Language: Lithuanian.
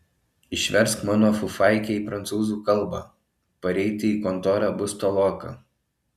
išversk mano fufaikę į prancūzų kalbą pareiti į kontorą bus toloka